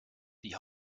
die